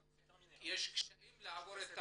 יש קשיים לעבור את המבחן.